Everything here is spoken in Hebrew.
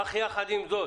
אך יחד עם זאת